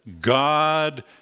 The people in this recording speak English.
God